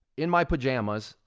in my pajamas,